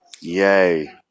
Yay